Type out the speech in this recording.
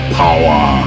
power